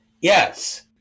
Yes